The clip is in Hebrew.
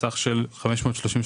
סך של 536,676,000